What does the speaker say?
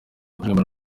kuririmba